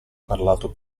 parlato